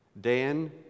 Dan